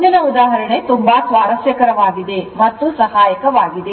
ಮುಂದಿನ ಉದಾಹರಣೆ ತುಂಬಾ ಸ್ವಾರಸ್ಯಕರವಾಗಿದೆ ಮತ್ತು ಸಹಾಯಕವಾಗಿದೆ